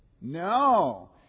No